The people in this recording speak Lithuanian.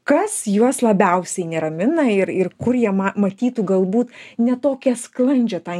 kas juos labiausiai neramina ir ir kur jie ma matytų galbūt ne tokią sklandžią tą